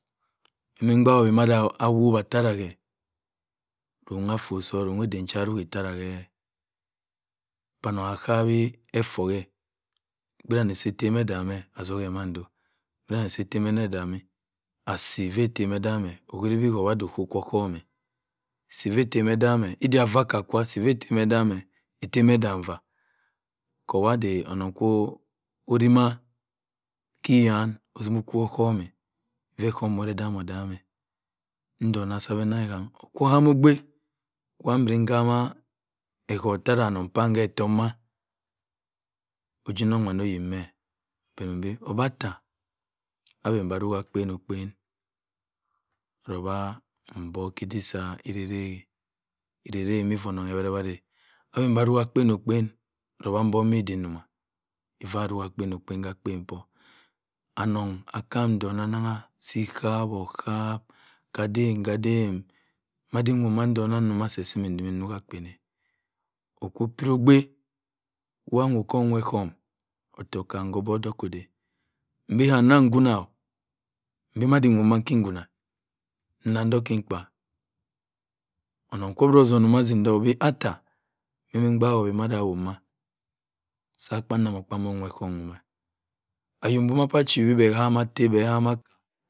Mando kwa oda ikpo-kpo wa sa bẹ amanni otte ku-morimma erima cho ochattoku ku mo sima ochaottoku okuwi k'ọhọhm ikpo-kpowa si sẹ dọ mẹ kewosi bẹ ma chainin ayi 'kekwa orumo odok ochaottoku tong ochaottoku ma bẹ chanin kẹ omanna okpanankpan kwẹ yina bẹ na ha onnon odọk-odọk onnon wagaa onno owubua mẹ omamọ sa okka oko bowi sa bọng ottewott oha bọng okpanank pan ko awo ma bong abowi akpunankpaa bọng abowi okpanannkpa ma si a obowi okpanankpa sa mẹ sa bọng achablan abọwi cha attẹ-a abọng anni pa atte abo-bowi mada bọng awobu mẹ bọng a wọ ka ngura so ahambi abowi ka atte